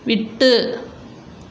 விட்டு